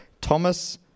Thomas